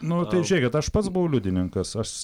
nu tai žiūrėkit aš pats buvau liudininkas aš